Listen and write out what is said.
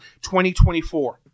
2024